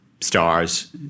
stars